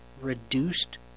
reduced